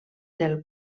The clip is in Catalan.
del